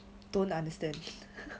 don't understand